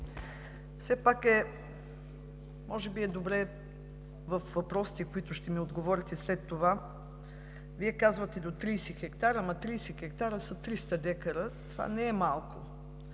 Министър, може би е добре във въпросите, на които ще ми отговорите след това. Вие казвате: до 30 хектара, но 30 хектара са 300 декара, това не е малко.